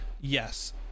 Yes